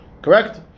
Correct